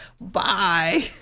bye